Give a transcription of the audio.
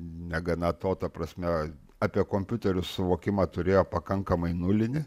negana to ta prasme apie kompiuterius suvokimą turėjo pakankamai nulinį